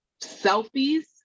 selfies